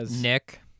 Nick